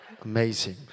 amazing